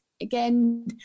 again